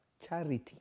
charity